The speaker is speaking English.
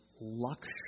luxury